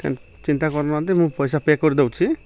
ଚିନ୍ତା କରୁନାହାନ୍ତି ମୁଁ ପଇସା ପେ କରିଦଉଛି